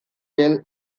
tel